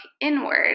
inward